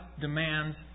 demands